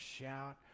shout